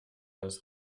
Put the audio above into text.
das